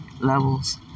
levels